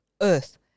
earth